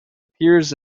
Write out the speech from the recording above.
appears